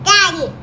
Daddy